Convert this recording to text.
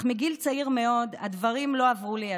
אך מגיל צעיר מאוד הדברים לא עברו לידי,